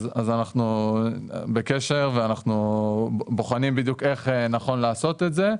אז אנחנו בקשר ואנחנו בוחנים בדיוק איך נכון לעשות את זה.